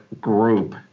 group